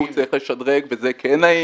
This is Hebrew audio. הוא צריך לשדרג וזה כן נעים.